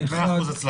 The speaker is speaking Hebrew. פה אחד.